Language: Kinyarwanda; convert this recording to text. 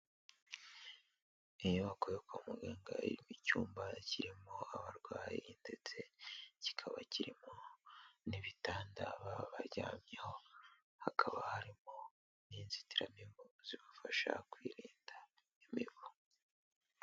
Iyo bakuye kwa muganga yarimo icyumba kirimo abarwayi ndetse kikaba kirimo n'ibitanda baba baryamyeho hakaba harimo n'inzitiramibu zibafasha kwirinda imibu.